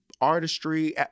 Artistry